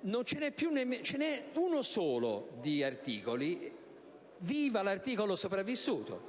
Ce n'è uno solo di articolo, per cui: viva l'articolo sopravvissuto!